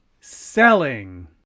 selling